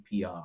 PR